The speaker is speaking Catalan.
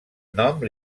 nom